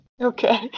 Okay